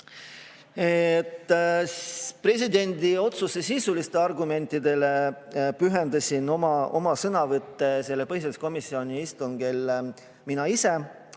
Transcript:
Presidendi otsuse sisulistele argumentidele pühendasin oma sõnavõtu sellel põhiseaduskomisjoni istungil mina ise.